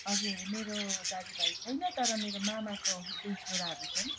हजुर मेरो दाजुभाइ छैन तर मेरो मामाको दुई छोराहरू छन्